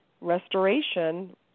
Restoration